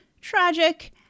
tragic